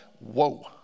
Whoa